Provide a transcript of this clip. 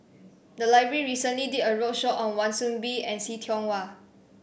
the library recently did a roadshow on Wan Soon Bee and See Tiong Wah